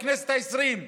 בכנסת העשרים,